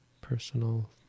personal